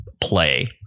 play